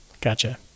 gotcha